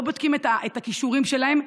לא בודקים את הכישורים שלהם,